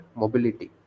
mobility